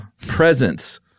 Presence